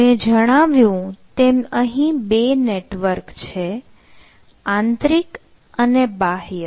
મેં જણાવ્યું તેમ અહીં 2 નેટવર્ક છે આંતરિક અને બાહ્ય